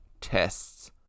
tests